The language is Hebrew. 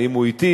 האם הוא אטי,